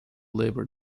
labor